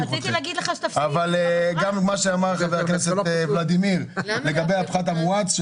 אבל גם מה שאמר חבר הכנסת ולדימיר לגבי הפחת המואץ,